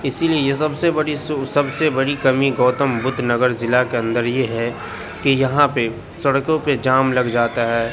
اسی لیے یہ سب سے بڑی سو سب سے بڑی کمی گوتم بدھ نگر ضلع کے اندر یہ ہے کہ یہاں پہ سڑکوں پہ جام لگ جاتا ہے